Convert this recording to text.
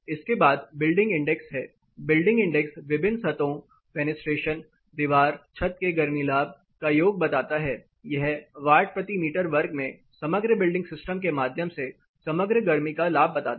इसके बाद building index है बिल्डिंग इंडेक्स विभिन्न सतहों फेनस्ट्रेशन दीवार छत के गर्मी लाभ का योग बताता है यह वाट प्रति वर्ग मीटर में समग्र बिल्डिंग सिस्टम के माध्यम से समग्र गर्मी का लाभ बताता है